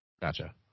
Gotcha